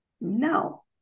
No